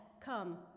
Come